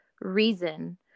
reason